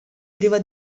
priva